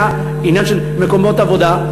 עניין של מקומות עבודה,